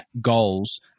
goals